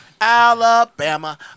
Alabama